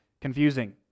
confusing